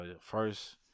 First